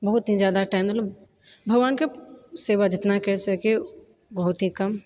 बहुत ही जादा टाइम देलहूँ भगवानके सेवा जितना कए सकिए बहुत ही कम